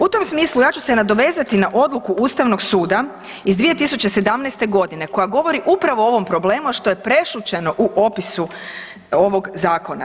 U tom smislu, ja ću se nadovezati na odluku Ustavnog suda iz 2017. g. koja govori upravo o ovom problemu, a što je prešućeno u opisu ovog zakona.